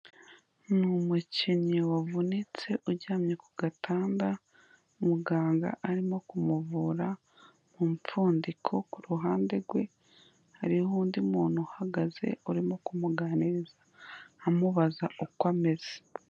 Ni umukinnyi wavunitse uryamye ku gatanda, muganga arimo kumuvura mu mfundiko, ku ruhande rwe hariho undi muntu uhagaze urimo kumuganiriza amubaza uko ameze.